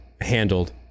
handled